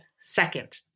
second